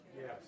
Yes